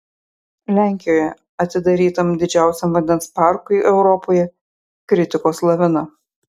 lenkijoje atidarytam didžiausiam vandens parkui europoje kritikos lavina